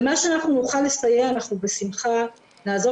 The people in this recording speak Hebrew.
במה שאנחנו נוכל לסייע אנחנו בשמחה נעזור.